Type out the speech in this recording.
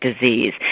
disease